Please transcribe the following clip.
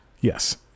Yes